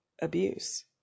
abuse